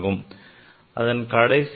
இதன் கடைசி இலக்கம் 0